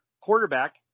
quarterback